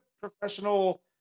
professional